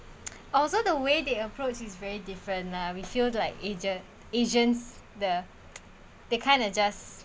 although the way they approach is very different lah we feel like aged asians the they kinda just